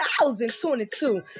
2022